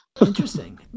Interesting